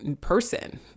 person